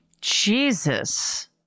Jesus